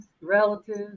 relatives